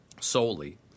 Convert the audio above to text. Solely